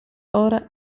ora